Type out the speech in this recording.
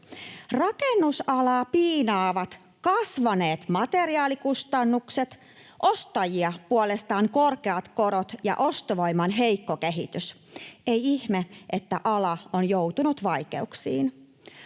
Rakennusalaa piinaavat kasvaneet materiaalikustannukset, ostajia puolestaan korkeat korot ja ostovoiman heikko kehitys. Ei ihme, että ala on joutunut vaikeuksiin.